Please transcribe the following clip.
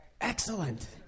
Excellent